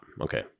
okay